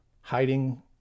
hiding